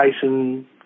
Tyson